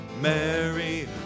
mary